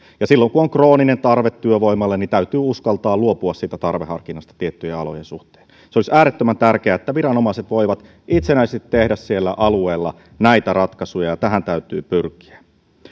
ja silloin kun on krooninen tarve työvoimalle täytyy uskaltaa luopua siitä tarveharkinnasta tiettyjen alojen suhteen se olisi äärettömän tärkeää että viranomaiset voivat itsenäisesti tehdä siellä alueilla näitä ratkaisuja ja tähän täytyy pyrkiä